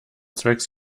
zwecks